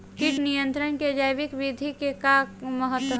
कीट नियंत्रण क जैविक विधि क का महत्व ह?